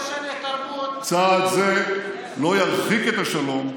צעד זה לא ירחיק את השלום,